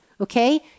okay